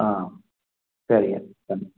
ஆ சரிங்க கண்டிப்பாக